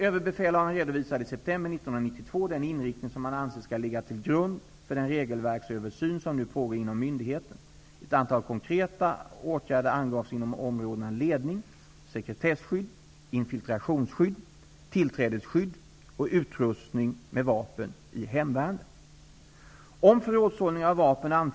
Överbefälhavaren redovisade i september 1992 den inriktning som han anser skall ligga till grund för den regelverksöversyn som nu pågår inom myndigheten. Ett antal konkreta åtgärder angavs inom områdena ledning, sekretesskydd, infiltrationsskydd, tillträdesskydd och utrustning med vapen i hemvärnet.